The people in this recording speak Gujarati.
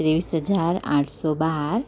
ત્રેવીસ હજાર આઠસો બાર